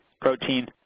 protein